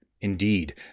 Indeed